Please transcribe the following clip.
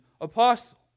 apostle